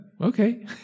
Okay